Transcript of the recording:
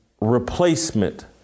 replacement